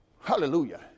Hallelujah